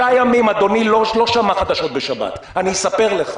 אדוני לא שמע חדשות בשבת ולכן אני אספר לך.